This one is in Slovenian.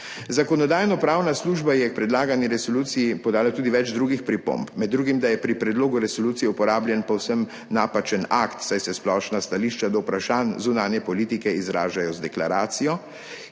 Zakonodajno-pravna služba je k predlagani resoluciji podala tudi več drugih pripomb, med drugim, da je pri predlogu resolucije uporabljen povsem napačen akt, saj se splošna stališča do vprašanj zunanje politike izražajo z deklaracijo